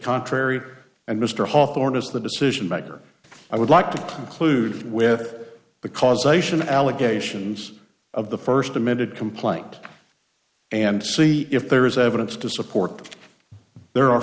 contrary and mr hawthorne is the decision maker i would like to conclude with the causation allegations of the first amended complaint and see if there is evidence to support the